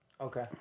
Okay